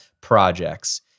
projects